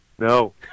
No